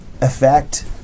effect